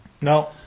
No